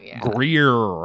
Greer